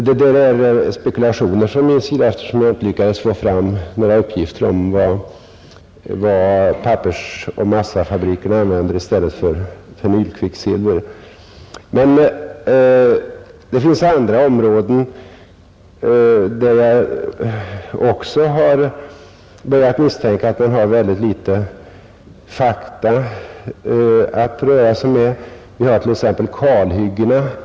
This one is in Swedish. Detta är spekulationer från min sida, eftersom jag inte lyckats få fram några uppgifter om vad pappersoch massafabrikerna använder i stället för fenylkvicksilver. Det finns emellertid andra områden, där jag också har börjat misstänka att man har ytterst litet fakta att röra sig med. Vi har t.ex. kalhyggena.